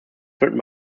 written